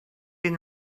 been